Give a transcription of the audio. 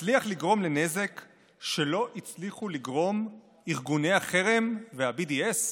מצליח לגרום לנזק שלא הצליחו לגרום ארגוני החרם וה-BDS?